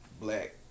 black